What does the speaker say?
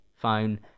phone